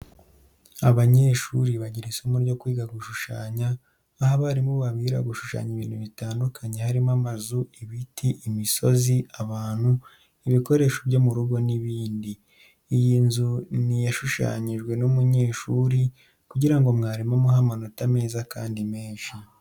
Abanyeshuri bagira isomo ryo kwiga gushushanya, aho abarimu bababwira gushushanya ibintu bitandukanye harimo amazu, ibiti, imisozi, abantu, ibikoresho byo mu rugo n'ibindi. Iyi nzu ni iyashushanyijwe n'umunyeshuri kugira ngo mwarimu amuhe amanota meza kandi menshi.